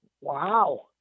wow